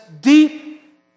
Deep